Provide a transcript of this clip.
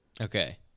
Okay